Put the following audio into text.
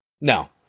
No